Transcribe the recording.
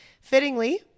Fittingly